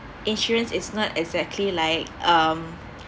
insurance is not exactly like um